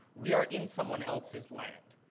we are in someone else's land.